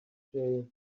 jail